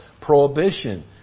prohibition